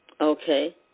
Okay